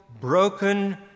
broken